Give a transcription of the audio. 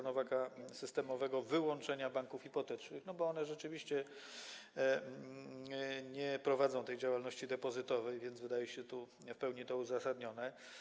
Nowaka systemowego wyłączenia banków hipotecznych - jako że one rzeczywiście nie prowadzą działalności depozytowej, więc wydaje się tu w pełni to uzasadnione.